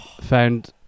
found